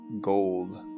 gold